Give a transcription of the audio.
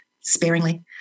sparingly